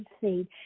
seed